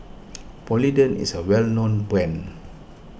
Polident is a well known brand